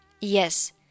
Yes